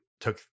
took